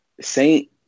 Saint